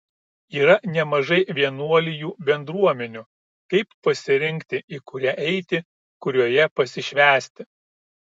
yra nemažai vienuolijų bendruomenių kaip pasirinkti į kurią eiti kurioje pasišvęsti